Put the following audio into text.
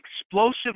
explosive